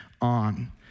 on